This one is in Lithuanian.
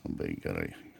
labai gerai